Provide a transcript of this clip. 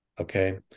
okay